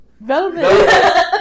Velvet